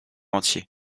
entier